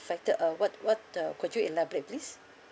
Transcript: affected uh what what uh could you elaborate please